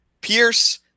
Pierce